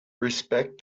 respect